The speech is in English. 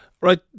Right